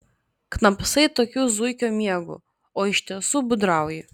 knapsai tokiu zuikio miegu o iš tiesų būdrauji